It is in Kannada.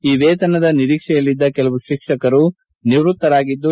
ಈ ವೇತನದ ನಿರೀಕ್ಷೆಯಲ್ಲಿದ್ದ ಕೆಲವು ಶಿಕ್ಷಕರು ನಿವೃತ್ತರಾಗಿದ್ದು